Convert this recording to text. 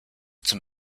zum